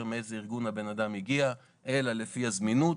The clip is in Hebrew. מאיזה ארגון האדם הגיע אלא לפי הזמינות,